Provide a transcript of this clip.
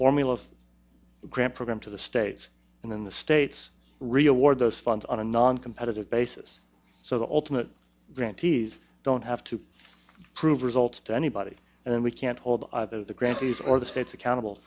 formula grant program to the states and then the states real or those funds on a noncompetitive basis so the ultimate grantees don't have to prove results to anybody and we can't hold either the grantees or the states accountable